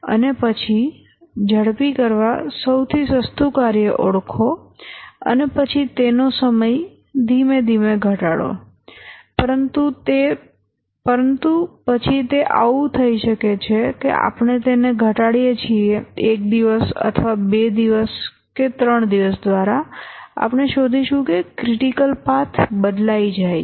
અને પછી ઝડપી કરવા સૌથી સસ્તું કાર્ય ઓળખો અને પછી તેનો સમય ધીમે ધીમે ઘટાડો પરંતુ પછી તે આવું થઈ શકે છે કે આપણે તેને ઘટાડીએ છીએ એક દિવસ અથવા 2 દિવસ દ્વારા કે 3 દિવસ આપણે શોધીશું કે ક્રિટિકલ પાથ બદલાઇ જાય છે